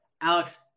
Alex